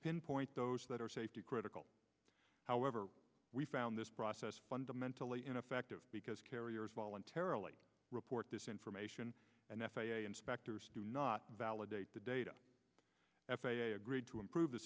pinpoint those that are safety critical however we found this process fundamentally ineffective because carriers voluntarily report this information and f a a inspectors do not validate the data f a a agreed to improve the